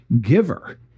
giver